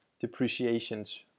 depreciations